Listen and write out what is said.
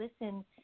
listen